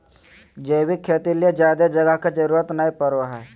जैविक खेती ले ज्यादे जगह के जरूरत नय पड़ो हय